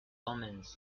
omens